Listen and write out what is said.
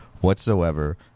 whatsoever